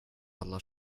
alla